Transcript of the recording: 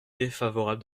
défavorable